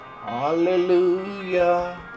hallelujah